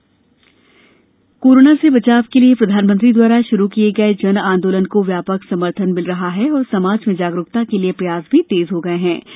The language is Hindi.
जन आंदोलन अपील कोरोना से बचाव के लिए प्रधानमंत्री द्वारा शुरू किये गये जन आंदोलन को व्यापक समर्थन मिल रहा है और समाज में जागरूकता के लिए प्रयास तेज हो गये है